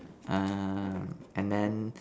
uh and then